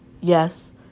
yes